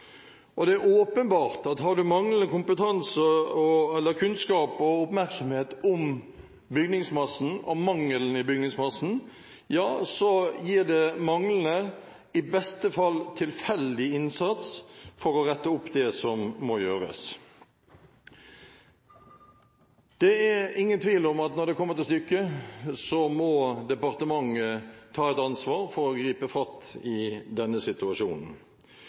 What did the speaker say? Det er åpenbart at har man manglende kompetanse eller kunnskap og oppmerksomhet om bygningsmassen og mangelen i bygningsmassen, blir det manglende og i beste fall tilfeldig innsats for å rette opp det som må gjøres. Det er ingen tvil om at når det kommer til stykket, må departementet ta ansvar for å gripe fatt i denne situasjonen.